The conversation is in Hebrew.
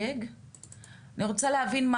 אני רוצה להבין,